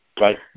Right